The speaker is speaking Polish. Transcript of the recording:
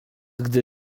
gdy